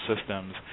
systems